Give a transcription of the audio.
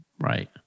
Right